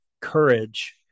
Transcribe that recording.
courage